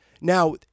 Now